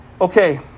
Okay